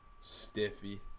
Stiffy